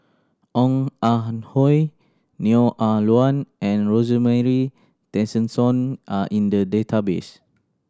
Ong Ah Hoi Neo Ah Luan and Rosemary Tessensohn are in the database